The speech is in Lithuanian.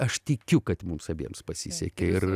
aš tikiu kad mums abiems pasisekė ir